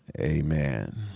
Amen